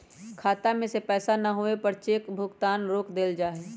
खाता में पैसा न होवे पर चेक भुगतान रोक देयल जा हई